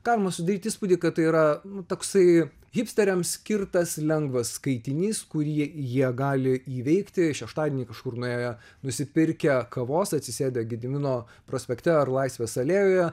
galima sudaryt spūdį kad tai yra nu toksai hipsteriams skirtas lengvas skaitinys kurį jie gali įveikti šeštadienį kažkur nuėję nusipirkę kavos atsisėdę gedimino prospekte ar laisvės alėjoje